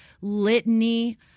litany